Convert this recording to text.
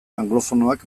anglofonoak